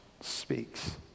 speaks